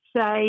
say